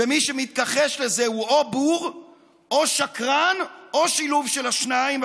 ומי שמתכחש לזה הוא או בור או שקרן או שילוב של השניים,